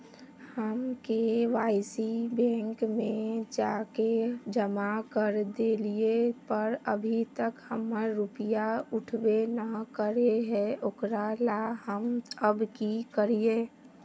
हम KYC bank में जाके जमा कर देलिए पर अभी तक हमर रुपया उठबे न करे है ओकरा ला हम अब की करिए?